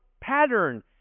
pattern